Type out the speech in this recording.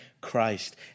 Christ